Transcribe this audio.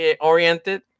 oriented